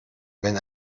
wenn